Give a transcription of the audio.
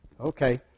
Okay